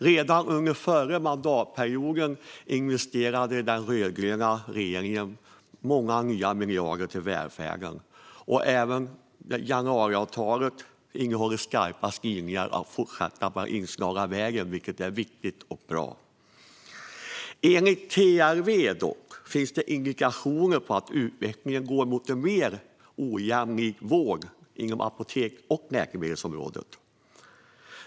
Redan under den förra mandatperioden investerade den rödgröna regeringen många nya miljarder i välfärden. Även januariavtalet innehåller skarpa skrivningar om att fortsätta på den inslagna vägen, vilket är viktigt och bra. Enligt TLV finns det dock indikationer på att utvecklingen går mot en mer ojämlik vård inom apoteks och läkemedelsområdet.